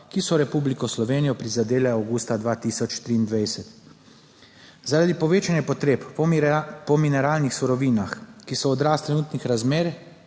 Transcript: ki so Republiko Slovenijo prizadele avgusta 2023. Zaradi povečanja potreb po mineralnih surovinah, ki so odraz trenutnih razmer,